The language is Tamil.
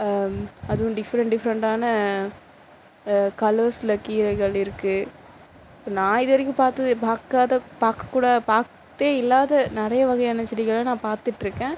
அதும் டிஃப்ரெண்ட் டிஃப்ரெண்ட்டான கலர்ஸில் கீரைகள் இருக்குது நான் இதுவரைக்கும் பார்த்து பார்க்காத பார்க்கக்கூடாத பார்த்தே இல்லாத நிறைய வகையான செடிகளை நான் பார்த்துட்ருக்கேன்